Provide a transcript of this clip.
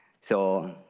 so,